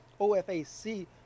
OFAC